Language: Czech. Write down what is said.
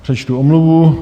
Přečtu omluvu.